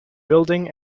building